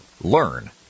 Learn